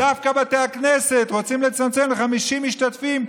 ודווקא בבתי הכנסת רוצים לצמצם ל-50 משתתפים,